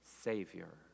Savior